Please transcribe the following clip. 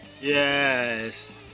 Yes